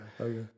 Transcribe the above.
Okay